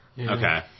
Okay